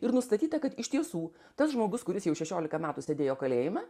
ir nustatyta kad iš tiesų tas žmogus kuris jau šešiolika metų sėdėjo kalėjime